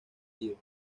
tío